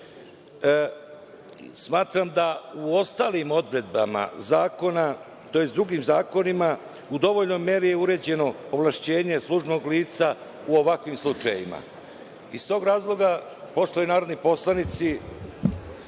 smatram da u ostalim odredbama zakona, tj. drugim zakonima u dovoljnoj meri je uređeno ovlašćenje službenog lica u ovakvim slučajevima. Iz tog razloga poštovani narodni poslanici,